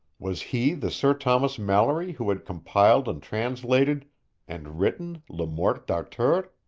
was he the sir thomas malory who had compiled and translated and written le morte d'arthur?